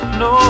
no